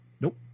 Nope